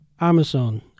Amazon